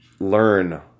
learn